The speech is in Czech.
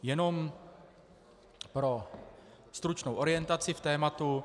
Jenom pro stručnou orientaci v tématu.